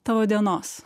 tavo dienos